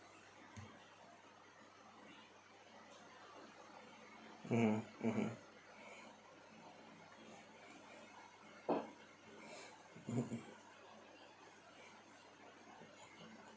mmhmm mmhmm mm